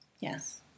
Yes